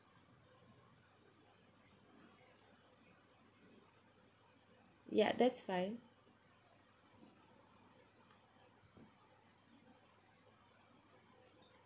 yeah that's fine